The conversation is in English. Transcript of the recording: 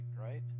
right